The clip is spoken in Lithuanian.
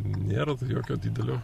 nėra jokio didelio